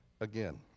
again